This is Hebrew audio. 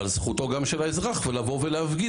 אבל זכותו גם של האזרח לבוא ולהפגין